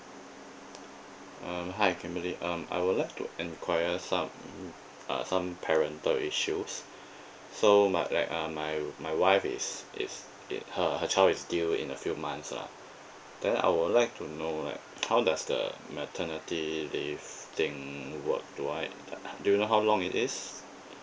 um hi kimberly um I would like to enquire some uh some parental issues so my like uh my my wife is is it her her child is due in a few months lah then I will like to know like how does the maternity leave thing work do I uh do you know how long it is